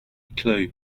clue